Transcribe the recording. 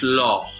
law